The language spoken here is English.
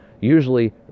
usually